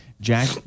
Jack